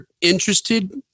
interested